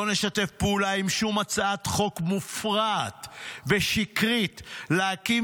לא נשתף פעולה עם שום הצעת חוק מופרעת ושקרית להקים